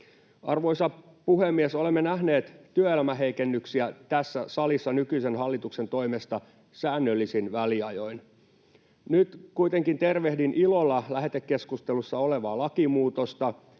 Arvoisa puhemies! Olemme nähneet työelämäheikennyksiä tässä salissa nykyisen hallituksen toimesta säännöllisin väliajoin. Nyt kuitenkin tervehdin ilolla lähetekeskustelussa olevaa lakimuutosta,